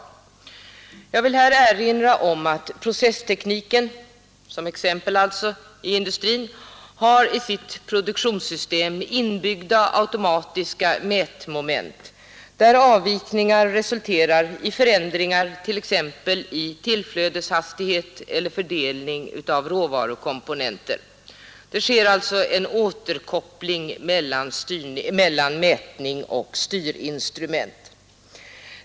Som ett exempel vill jag erinra om att processtekniken i industrin har i sitt produktionssystem inbyggda automatiska mätmoment, där avvikningar resulterar i förändringar t.ex. i tillflödeshastighet eller fördelning av råvarukomponenter. Det sker alltså en återkoppling mellan mätning och styrinstrument.